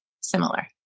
similar